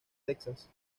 texas